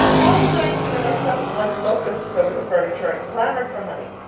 all nineteen of us settled like locusts over the furniture and clamoured for honey.